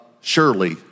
surely